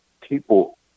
people